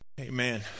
Amen